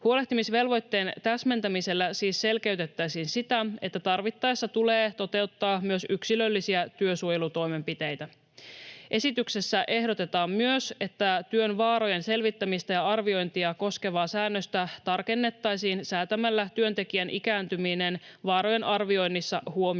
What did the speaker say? Huolehtimisvelvoitteen täsmentämisellä siis selkeytettäisiin sitä, että tarvittaessa tulee toteuttaa myös yksilöllisiä työsuojelutoimenpiteitä. Esityksessä ehdotetaan myös, että työn vaarojen selvittämistä ja arviointia koskevaa säännöstä tarkennettaisiin säätämällä työntekijän ikääntyminen vaarojen arvioinnissa huomioon